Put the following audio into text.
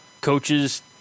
coaches